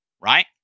right